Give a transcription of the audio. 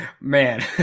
Man